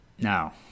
Now